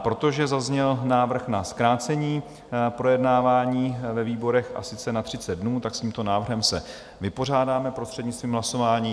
Protože zazněl návrh na zkrácení projednávání ve výborech, a sice na 30 dnů, s tímto návrhem se vypořádáme prostřednictvím hlasování.